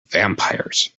vampires